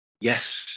Yes